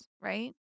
Right